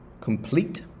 complete